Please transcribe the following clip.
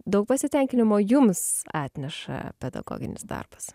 daug pasitenkinimo jums atneša pedagoginis darbas